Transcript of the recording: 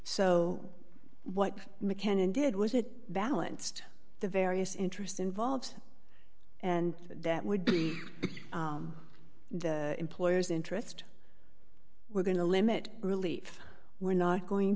so what mccann and did was it balanced the various interests involved and that would be the employer's interest we're going to limit relief we're not going